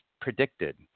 predicted